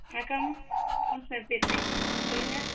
வணக்கம் கவுன்சிலர் பேசுகிறேன் சொல்லுங்கள்